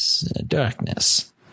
darkness